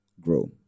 grow